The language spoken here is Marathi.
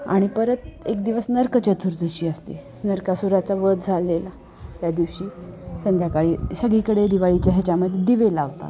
आणि परत एक दिवस नरक चतुर्दशी असते नरकासुराचा वध झालेला त्या दिवशी संध्याकाळी सगळीकडे दिवाळीच्या ह्याच्यामध्ये दिवे लावतात